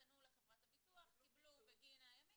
פנו לחברת הביטוח קיבלו בגין הימים,